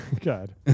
God